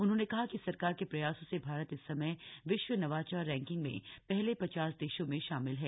उन्होंने कहा कि सरकार के प्रयासों से भारत इस समय विश्व नवाचार रैंकिंग में पहले पचास देशों में शामिल है